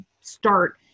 start